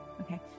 okay